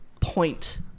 point